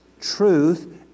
Truth